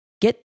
get